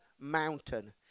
mountain